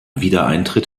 wiedereintritt